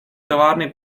továrny